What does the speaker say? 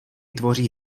tvoří